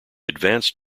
advanced